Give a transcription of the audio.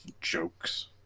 jokes